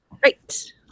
Great